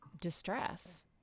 distress